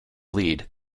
lead